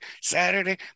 Saturday